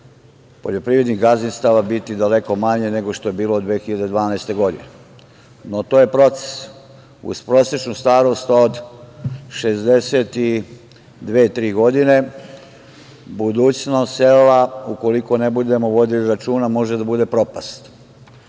poljoprivrednih gazdinstava biti daleko manje nego što je bilo 2012. godine. No, to je proces. Uz prosečnu starost od 62, 63 godine, budućnost sela, ukoliko ne budemo vodili računa može da bude propast. Dakle,